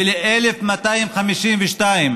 ול-1,252,